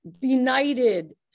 benighted